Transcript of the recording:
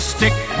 Stick